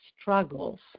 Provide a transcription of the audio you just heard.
struggles